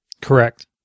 Correct